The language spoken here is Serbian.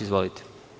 Izvolite.